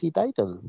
title